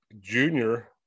Junior